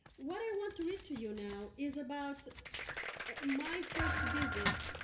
what i want to read to you now is about my first visit,